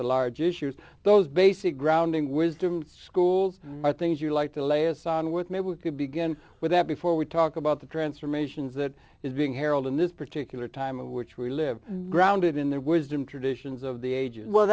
the large issues those basic grounding wisdom schools are things you like to lay assan with maybe could begin with that before we talk about the transformations that is being harold in this particular time in which we live grounded in their wisdom traditions of the age and well